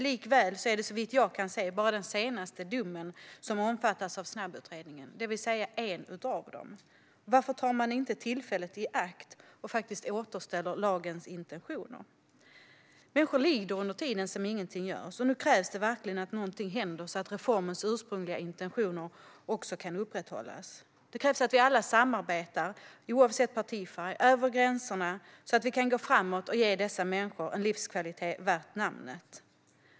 Likväl är det såvitt jag kan se bara den senaste domen som omfattas av snabbutredningen, det vill säga en av dem. Varför tar man inte tillfället i akt och återställer lagens intentioner? Människor lider under tiden som ingenting görs, och nu krävs det verkligen att någonting händer så att reformens ursprungliga intentioner kan upprätthållas. Det krävs att vi alla samarbetar oavsett partifärg, över gränserna, så att vi kan gå framåt och ge dessa människor en livskvalitet värd namnet.